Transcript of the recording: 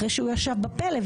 אחרי שהוא ישב בכלא,